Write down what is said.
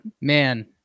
Man